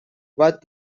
what